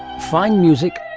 fine music,